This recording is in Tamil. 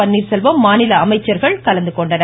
பன்னீர்செல்வம் மாநில அமைச்சர்கள் கலந்துகொண்டனர்